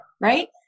right